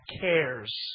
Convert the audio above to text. cares